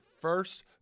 first